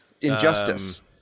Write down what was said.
Injustice